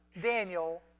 Daniel